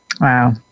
Wow